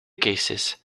cases